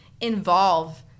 involve